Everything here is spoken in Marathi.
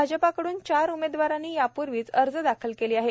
भाजपकडून चार उमेदवारांनी यापूर्वीच अर्ज दाखल केले आहेत